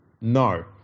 No